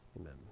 amen